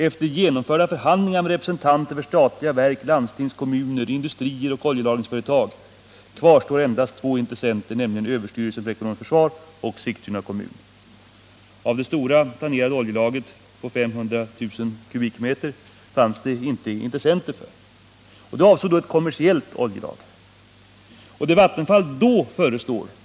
Efter genomförda förhandlingar med representanter för statliga verk, landstingskommuner, industrier och oljelagringsföretag kvarstår endast två intressenter, nämligen överstyrelsen för ekonomiskt försvar och Sigtuna kommun.” Det fanns inte intressenter för det planerade stora oljelagret på 500 000 m? — det kommersiella oljelagret.